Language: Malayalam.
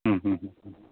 മ്മ് മ്മ് മ്മ്